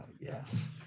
Yes